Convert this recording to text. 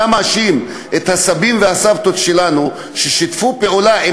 אתה מאשים את הסבים והסבתות שלנו ששיתפו פעולה עם